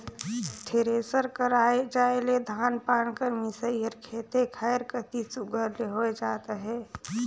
thresher कर आए जाए ले धान पान कर मिसई हर खेते खाएर कती सुग्घर ले होए जात अहे